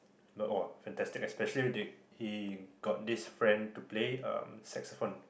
!wah! fantastic especially they he got this friend to play ah saxaphone